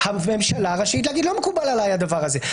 והממשלה רשאית להגיד: לא מקובל עלי הדבר הזה,